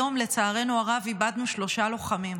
היום, לצערנו הרב, איבדנו שלושה לוחמים,